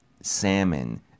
salmon